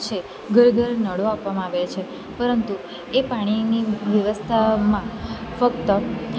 છે ઘર ઘર નળો આપવામાં આવે છે પરંતુ એ પાણીની વ્યવસ્થમાં ફક્ત